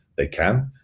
they can.